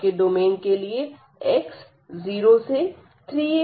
ऊपर के डोमेन के लिए x 0 से 3a y तक है